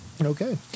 Okay